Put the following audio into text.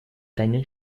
deinen